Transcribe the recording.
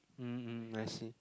mm I see